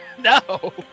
No